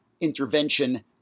Intervention